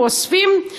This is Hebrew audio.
אוספים.